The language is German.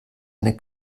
eine